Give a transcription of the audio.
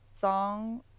song